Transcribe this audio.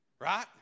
right